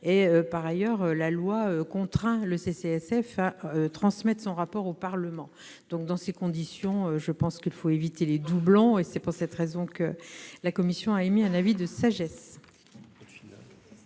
Par ailleurs, la loi contraint le CCSF à transmettre son rapport au Parlement. Dans ces conditions, je pense qu'il faut éviter les doublons. Aussi, la commission a émis un avis de sagesse.